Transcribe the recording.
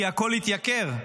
כי הכול התייקר,